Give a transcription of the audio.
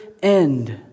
End